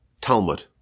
Talmud